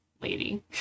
lady